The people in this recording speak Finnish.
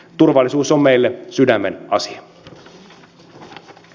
turvallisuus on meille sydämenasia